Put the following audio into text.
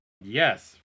Yes